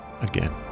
again